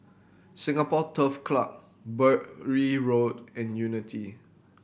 Singapore Turf Club Bury Road and Unity